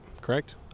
Correct